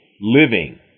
living